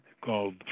called